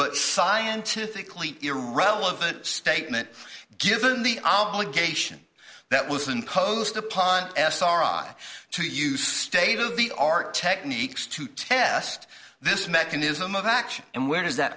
but scientifically irrelevant statement given the obligation that was imposed upon sri to use state of the art techniques to test this mechanism of action and where does that